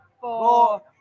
Four